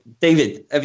David